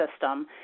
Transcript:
system